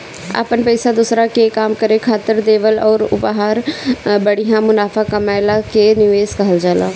अपन पइसा दोसरा के काम करे खातिर देवल अउर ओहपर बढ़िया मुनाफा कमएला के निवेस कहल जाला